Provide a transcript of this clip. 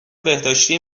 بهداشتی